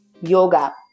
yoga